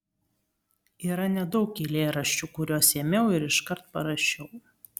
yra nedaug eilėraščių kuriuos ėmiau ir iškart parašiau